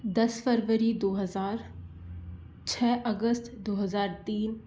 दस फरवरी दो हज़ार छः अगस्त दो हज़ार तीन